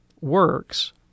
works